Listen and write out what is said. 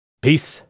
Peace